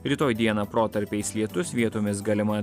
rytoj dieną protarpiais lietus vietomis galima